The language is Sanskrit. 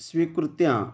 स्वीकृत्य